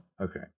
okay